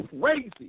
crazy